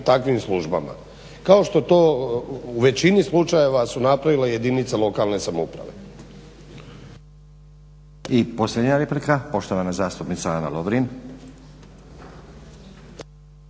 takvim službama, kao što su to u većini slučajeva su napravile jedinice lokalne samouprave.